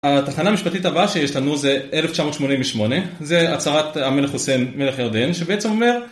התחנה המשפטית הבאה שיש לנו זה 1988, זה הצהרת המלך חוסיין, מלך ירדן, שבעצם אומר